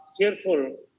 cheerful